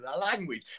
language